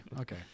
okay